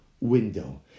window